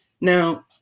Now